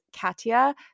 Katya